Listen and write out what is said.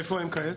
איפה הם כעת?